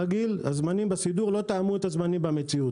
הזמנים בסידור העבודה שלו לא תאמו את הזמנים במציאות.